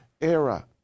era